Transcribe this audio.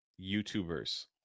youtubers